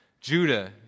Judah